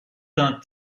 tin